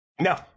No